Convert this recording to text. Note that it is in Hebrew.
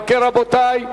אם כן, רבותי,